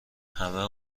همه